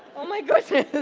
ah my goodness